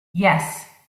yes